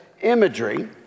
imagery